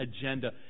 agenda